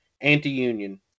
anti-union